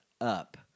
up